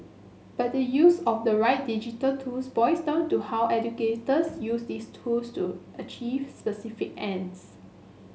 but the use of the right digital tools boils down to how educators use these tools to achieve specific ends